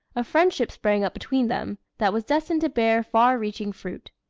a friendship sprang up between them, that was destined to bear far-reaching fruit.